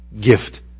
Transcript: gift